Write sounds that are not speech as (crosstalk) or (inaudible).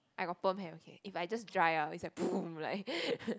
I got perm hair okay if I just dry ah it's like poom like (laughs)